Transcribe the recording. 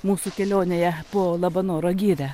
mūsų kelionėje po labanoro girią